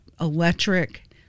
electric